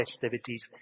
festivities